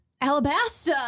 Alabasta